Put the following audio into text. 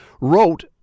wrote